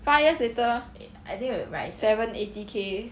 five years later seven eighty k